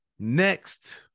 next